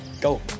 Go